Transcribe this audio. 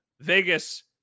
Vegas